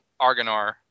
Argonar